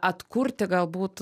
atkurti galbūt